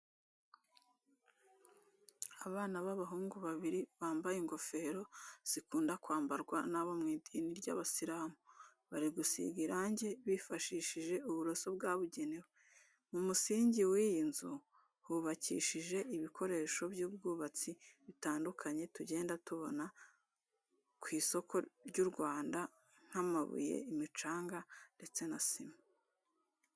Abana b'abahungu babiri bambaye ingofero zikunda kwambarwa n'abo mu idini ry'abasilamu, bari gusiga irangi bifashishije uburoso bwabugenewe. Mu musingi w'iyi nzu hubakishije ibikoresho by'ubwubatsi bitandukanye tugenda tubona ku isoko ry'u Rwanda nk'amabuye, imicanga ndetse na sima.